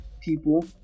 people